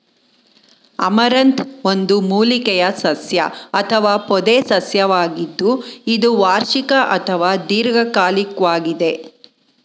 amaranth ಒಂದು ಮೂಲಿಕೆಯ ಸಸ್ಯ ಅಥವಾ ಪೊದೆಸಸ್ಯವಾಗಿದ್ದು ಇದು ವಾರ್ಷಿಕ ಅಥವಾ ದೀರ್ಘಕಾಲಿಕ್ವಾಗಿದೆ